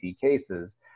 cases